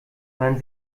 man